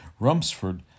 Rumsford